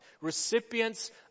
Recipients